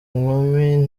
nkumi